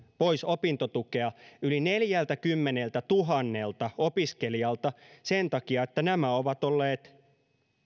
pois opintotukea yli neljältäkymmeneltätuhannelta opiskelijalta sen takia että nämä ovat olleet